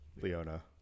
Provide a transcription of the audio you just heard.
Leona